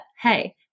hey